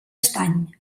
estany